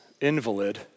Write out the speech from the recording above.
invalid